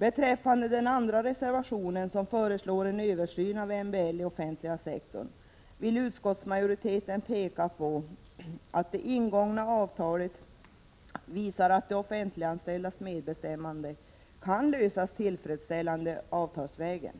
Beträffande denna andra reservation, som föreslår en översyn av MBL i offentliga sektorn, vill utskottsmajoriteten peka på att det ingångna avtalet visar att de offentliganställdas medbestämmande kan lösas tillfredsställande avtalsvägen.